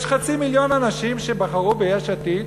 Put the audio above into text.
יש חצי מיליון אנשים שבחרו ביש עתיד,